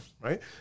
right